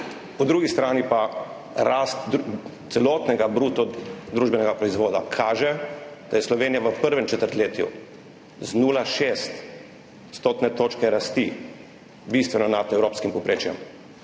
Po drugi strani pa rast celotnega bruto družbenega proizvoda kaže, da je Slovenija v prvem četrtletju z 0,6 odstotne točke rasti bistveno nad evropskim povprečjem.